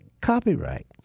copyright